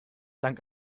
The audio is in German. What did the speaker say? dank